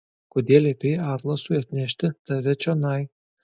kodėl liepei atlasui atnešti tave čionai